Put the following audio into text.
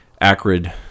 acrid